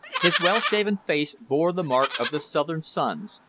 his well-shaven face bore the mark of the southern suns,